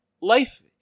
life